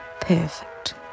perfect